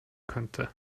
könnte